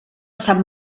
sant